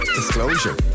Disclosure